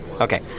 Okay